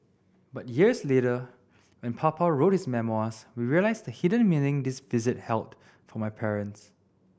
but years later when Papa wrote his memoirs we realised the hidden meaning this visit held for my parents